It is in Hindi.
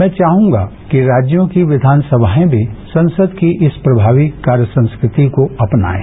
मैं चाहूंगा कि राज्यों की विधानसभाएं भी संसद की इस प्रभावी कार्य संस्कृति को अपनाएं